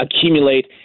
accumulate